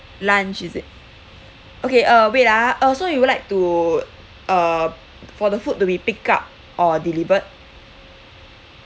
lunch is it okay uh wait ah uh so you'd like to uh for the food to be pick up or delivered